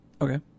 Okay